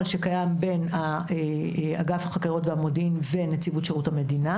שקיים בין אגף החקירות והמודיעין ונציבות שירות המדינה,